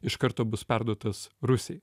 iš karto bus perduotas rusijai